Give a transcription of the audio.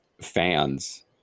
fans